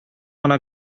гына